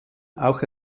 auch